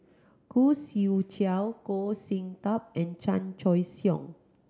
Khoo Swee Chiow Goh Sin Tub and Chan Choy Siong